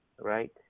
right